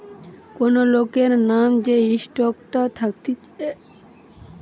কোন লোকের নাম যে স্টকটা থাকতিছে